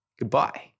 goodbye